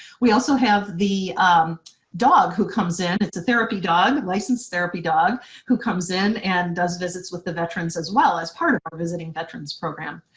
we also have the dog who comes in, it's a therapy dog, licensed therapy dog who comes in and does visits with the veterans, as well, as part of our visiting veterans program.